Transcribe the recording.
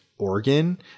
organ